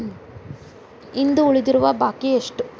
ಇಂದು ಉಳಿದಿರುವ ಬಾಕಿ ಎಷ್ಟು?